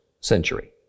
century